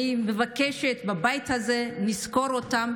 אני מבקשת בבית הזה לזכור אותם.